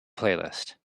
playlist